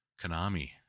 Konami